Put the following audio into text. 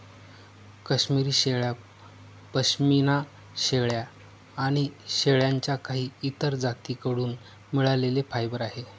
काश्मिरी शेळ्या, पश्मीना शेळ्या आणि शेळ्यांच्या काही इतर जाती कडून मिळालेले फायबर आहे